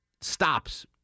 stops